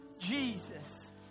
Jesus